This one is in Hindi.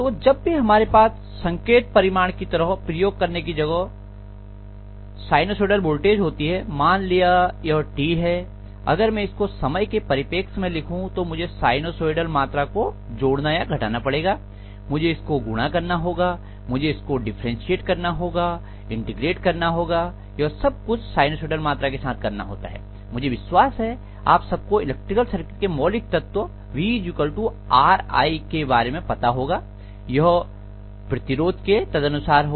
तो जब भी हमारे पास संकेत परिमाण की तरह प्रयोग करने की जगह साइनसोइडल वोल्टेज होती है मान लिया यह t है अगर मैं इसको समय के परिपेक्ष में लिखूं तो मुझे साइनसोइडल मात्रा को जोड़ना या घटाना पड़ेगा मुझे इसको गुणा करना होगा मुझे इसको डिफरेंटशिएट करना होगा इंटीग्रेट करना होगा यह सब कुछ साइनसोइडल मात्रा के साथ करना होता है मुझे विश्वास है आप सबको इलेक्ट्रिकल सर्किट के मौलिक तत्व vRi के बारे में पता होगा यह प्रतिरोध के तदनुसार होगा